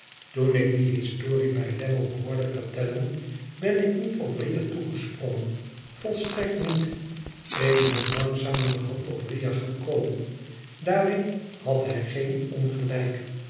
toen ik die historie bij lammie hoorde vertellen ben ik niet op riah toegesprongen volstrekt niet ik ben langzamerhand op riah gekomen daarin had hij geen ongelijk